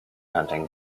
hunting